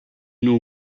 know